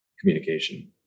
communication